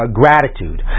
gratitude